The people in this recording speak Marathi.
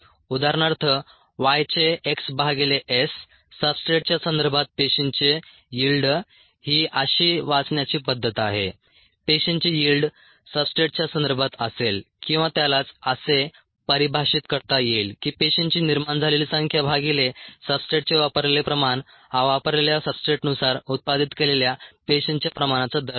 उदाहरणार्थ Y चे x भागिले s सब्सट्रेटच्या संदर्भात पेशींचे यिल्ड ही अशी वाचण्याची पद्धत आहे पेशींची यिल्ड सब्सट्रेटच्या संदर्भात असेल किंवा त्यालाच असे परिभाषित करता येईल की पेशींची निर्माण झालेली संख्या भागिले सब्सट्रेटचे वापरलेले प्रमाण हा वापरलेल्या सब्सट्रेटनुसार उत्पादित केलेल्या पेशींच्या प्रमाणाचा दर आहे